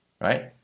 right